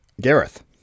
gareth